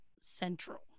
central